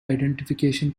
identification